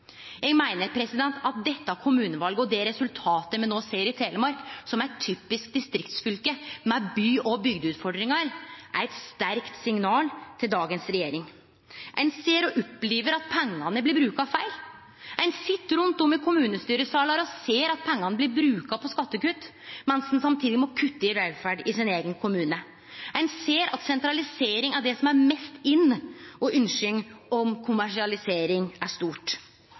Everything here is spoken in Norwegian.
Eg meiner at dette kommunevalet og det resultatet me no ser i Telemark, som er eit typisk distriktsfylke med by- og bygdeutfordringar, er eit sterkt signal til dagens regjering. Ein ser og opplever at pengane blir bruka feil. Ein sit rundt om i kommunestyresalar og ser at pengane blir bruka på skattekutt, mens ein samtidig må kutte i velferda i sin eigen kommune. Ein ser at sentralisering er det som er mest in, og ynsket om kommersialisering er stort.